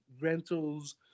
rentals